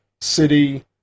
city